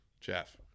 Jeff